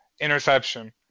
interception